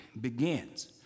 begins